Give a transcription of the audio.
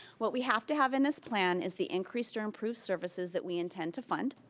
what we have to have in this plan is the increased or improved services that we intend to fund,